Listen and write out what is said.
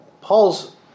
Paul's